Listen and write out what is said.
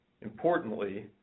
Importantly